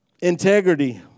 integrity